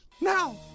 Now